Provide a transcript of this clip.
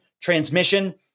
transmission